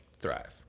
thrive